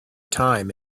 time